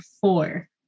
four